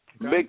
big